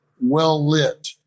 well-lit